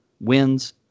wins